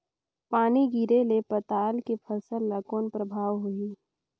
पानी गिरे ले पताल के फसल ल कौन प्रभाव होही?